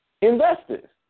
investors